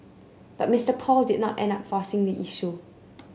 but Mister Paul did not end up forcing the issue